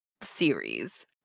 series